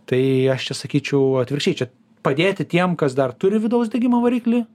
tai aš čia sakyčiau atvirkščiai čia padėti tiem kas dar turi vidaus degimo variklį